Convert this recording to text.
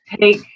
take